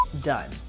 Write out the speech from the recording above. done